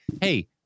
hey